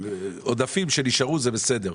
עודפים שנשארו זה בסדר.